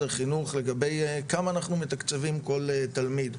החינוך לגבי כמה אנחנו מתקצבים כל תלמיד,